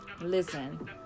listen